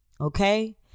Okay